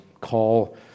call